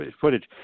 footage